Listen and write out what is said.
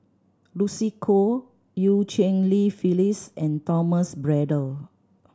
Lucy Koh Eu Cheng Li Phyllis and Thomas Braddell